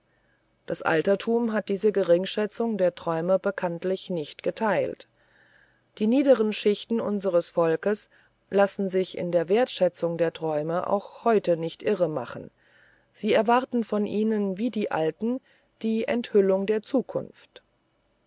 das altertum hat diese geringschätzung der träume bekanntlich nicht geteilt die niederen schichten unseres volkes lassen sich in der wertschätzung der träume auch heute nicht irre machen sie erwarten von ihnen wie die alten die enthüllung der zukunft